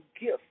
gift